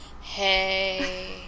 Hey